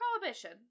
prohibition